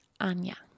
Anya